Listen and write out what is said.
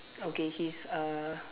okay his uh